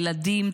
ילדים,